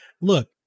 look